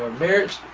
marriage,